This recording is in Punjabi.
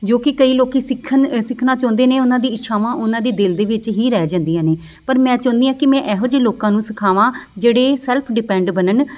ਜੋ ਕਿ ਕਈ ਲੋਕ ਸਿੱਖਣ ਸਿੱਖਣਾ ਚਾਹੁੰਦੇ ਨੇ ਉਹਨਾਂ ਦੀ ਇੱਛਾਵਾਂ ਉਹਨਾਂ ਦੇ ਦਿਲ ਦੇ ਵਿੱਚ ਹੀ ਰਹਿ ਜਾਂਦੀਆਂ ਨੇ ਪਰ ਮੈਂ ਚਾਹੁੰਦੀ ਹਾਂ ਕਿ ਮੈਂ ਇਹੋ ਜਿਹੇ ਲੋਕਾਂ ਨੂੰ ਸਿੱਖਾਵਾਂ ਜਿਹੜੇ ਸੈਲਫ ਡਿਪੈਂਡ ਬਣਨ